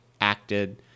acted